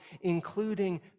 including